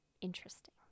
interesting